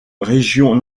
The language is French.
régions